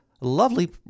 lovely